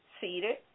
seated